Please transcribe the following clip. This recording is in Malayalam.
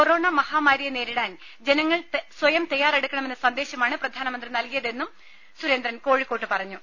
കൊറോണ മഹാമാരിയെ നേരിടാൻ ജനങ്ങൾ സ്വയം തയ്യാറെടുക്കണമെന്ന സന്ദേശമാണ് പ്രധാനമന്ത്രി നൽകിയതെന്നും സുരേന്ദ്രൻ കോഴിക്കോട്ട് പറഞ്ഞു